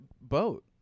boat